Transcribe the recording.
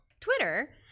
Twitter